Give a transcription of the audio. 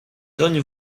toń